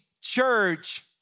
church